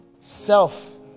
Self